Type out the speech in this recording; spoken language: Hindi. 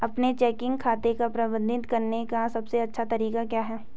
अपने चेकिंग खाते को प्रबंधित करने का सबसे अच्छा तरीका क्या है?